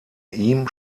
ihm